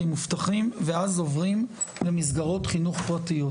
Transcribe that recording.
מובטחים ואז עוברים למסגרות חינוך פרטיות,